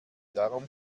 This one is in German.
darum